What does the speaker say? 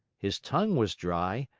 his tongue was dry,